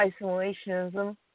isolationism